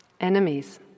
enemies